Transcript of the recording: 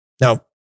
Now